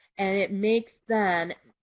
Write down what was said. and it makes them,